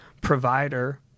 provider